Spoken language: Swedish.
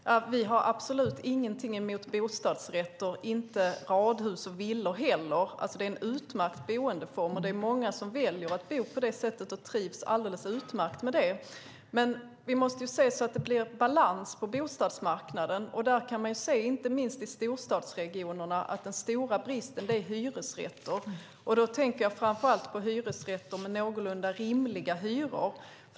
Fru talman! Vi har absolut ingenting emot bostadsrätter och inte heller radhus och villor. Det är en utmärkt boendeform, och det är många som väljer att bo på det sättet och trivs alldeles utmärkt med det. Men vi måste se till att det blir balans på bostadsmarknaden. Inte minst i storstadsregionerna kan man se att den stora bristen gäller hyresrätter. Då tänker jag framför allt på hyresrätter med någorlunda rimliga hyror.